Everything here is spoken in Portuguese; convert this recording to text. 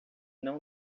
não